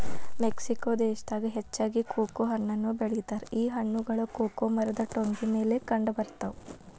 Mexico ದೇಶದಾಗ ಹೆಚ್ಚಾಗಿ cocoa ಹಣ್ಣನ್ನು ಬೆಳಿತಾರ ಈ ಹಣ್ಣುಗಳು ಕೊಕೊ ಮರದ ಟೊಂಗಿ ಮೇಲೆ ಕಂಡಬರ್ತಾವ